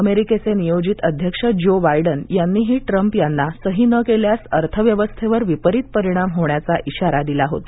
अमेरिकेचे नियोजित अध्यक्ष ज्यो बायडन यांनीही ट्रम्प यांना सही न केल्यास अर्थव्यवस्थेवर विपरीत परिणाम होण्याचा इशारा दिला होता